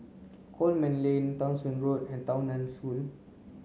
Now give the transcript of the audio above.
Coleman Lane Townshend Road and Tao Nan School